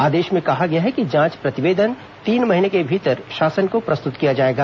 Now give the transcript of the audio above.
आदेश में कहा गया है कि जांच प्रतिवेदन तीन महीने के भीतर शासन को प्रस्तुत किया जाएगा